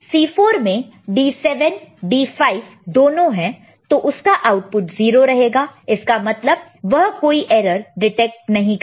C4 में D5 D7 दोनों हैं तो उसका आउटपुट 0 रहेगा इसका मतलब वह कोई एरर डिटेक्ट नहीं करेगा